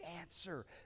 answer